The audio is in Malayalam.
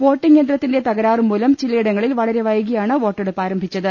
വോട്ടിംഗ് യന്ത്രത്തിന്റെ തകരാറുമൂലം ചിലയിടങ്ങളിൽ വളരെ വൈകിയാണ് വോട്ടെടുപ്പ് ആരംഭിച്ചത്